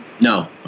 No